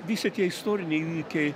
visi tiek istoriniai įvykiai